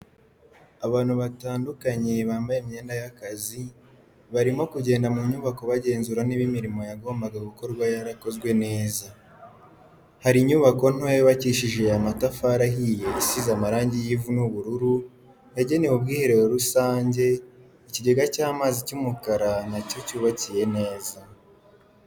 Abantu batandukanye bambaye imyenda y'akazi, barimo kugenda mu nyubako bagenzura niba imirimo yagombaga gukorwa yarakozwe neza. Hari inyubako ntoya yubakishije amatafari ahiye isize amarangi y'ivu n'ubururu, yagenewe ubwiherero rusange, ikigega cy'amazi cy'umukara na cyo cyubakiye neza.